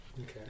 Okay